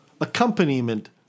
accompaniment